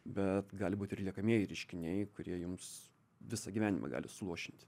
bet gali būti ir liekamieji reiškiniai kurie jums visą gyvenimą gali suluošinti